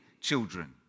children